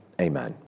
Amen